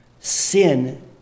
Sin